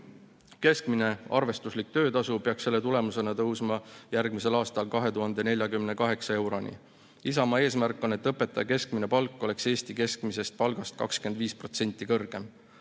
Keskmine arvestuslik töötasu peaks selle tulemusena tõusma järgmisel aastal 2048 euroni. Isamaa eesmärk on, et õpetaja keskmine palk oleks Eesti keskmisest palgast 25% kõrgem.